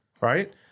right